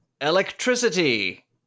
Electricity